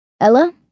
Ella